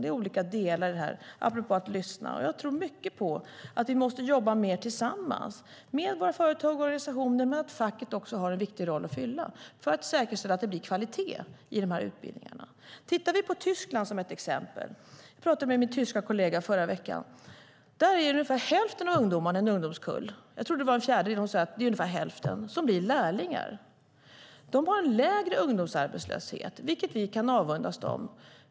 Det är fråga om olika delar - apropå att lyssna. Jag tror mycket på att vi måste jobba mer tillsammans, med våra företag och våra organisationer. Facket har också en viktig roll att fylla för att säkerställa att det blir kvalitet i utbildningarna. Låt oss titta på Tyskland. Jag talade med min tyska kollega förra veckan. Ungefär hälften av ungdomarna i en ungdomskull - jag trodde att det var en fjärdedel - blir lärlingar. Tyskland har en lägre ungdomsarbetslöshet, vilket vi kan avundas dem.